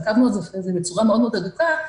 ועקבנו אחרי זה בצורה מאוד מאוד הדוקה,